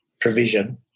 provision